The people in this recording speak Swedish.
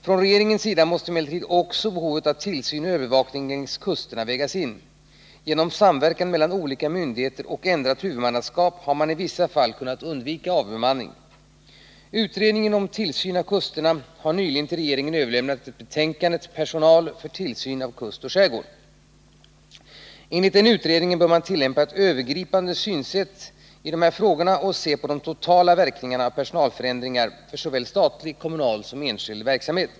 Från regeringens sida måste emellertid också behovet av tillsyn och övervakning längs kusterna vägas in. Genom samverkan mellan olika myndigheter och ändrat huvudmannaskap har man i vissa fall kunnat undvika avbemanning. Utredningen om tillsyn av kusterna har nyligen till regeringen överlämnat betänkandet Personal för tillsyn av kust och skärgård. Enligt utredningen bör man tillämpa ett övergripande synsätt i dessa frågor och se på de totala verkningarna av personalförändringar för såväl statlig och kommunal som enskild verksamhet.